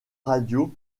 radio